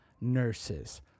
nurses